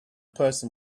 person